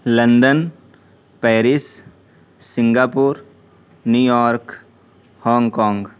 London Paris Singapore New York Hong Kong